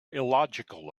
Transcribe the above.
illogical